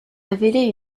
révélé